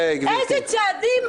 כל מי שרואה עצמו